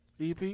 EP